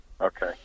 Okay